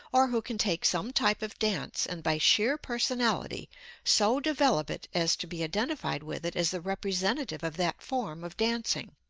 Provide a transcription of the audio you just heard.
or who can take some type of dance and by sheer personality so develop it as to be identified with it as the representative of that form of dancing.